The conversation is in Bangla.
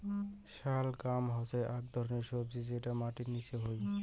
শালগাম হসে আক ধরণের সবজি যটো মাটির নিচে হই